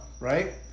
right